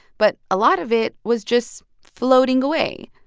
but a lot of it was just floating away.